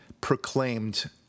proclaimed